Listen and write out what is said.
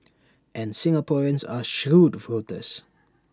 and Singaporeans are shrewd voters